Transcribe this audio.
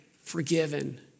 forgiven